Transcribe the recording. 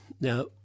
Now